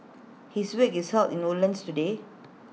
his wake is held in Woodlands today